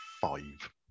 five